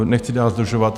Nechci dál zdržovat.